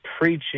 preaching